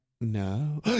No